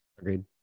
Agreed